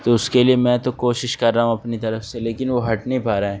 تو اس کے لیے میں تو کوشش کر رہا ہوں اپنی طرف سے لیکن وہ ہٹ نہیں پا رہا ہے